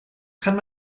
kann